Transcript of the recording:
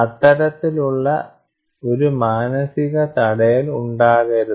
അത്തരത്തിലുള്ള ഒരു മാനസിക തടയൽ ഉണ്ടാകരുത്